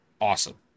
awesome